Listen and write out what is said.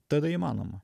tada įmanoma